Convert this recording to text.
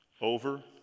over